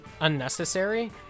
unnecessary